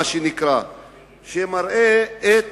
שמראה את